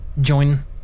join